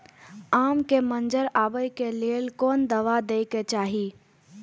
आम के मंजर आबे के लेल कोन दवा दे के चाही?